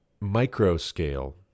micro-scale